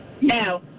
No